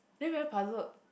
then very puzzled